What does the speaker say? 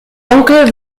onkel